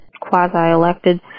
quasi-elected